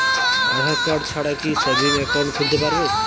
আধারকার্ড ছাড়া কি savings account খুলতে পারব?